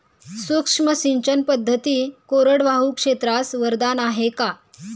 सूक्ष्म सिंचन पद्धती कोरडवाहू क्षेत्रास वरदान आहे का?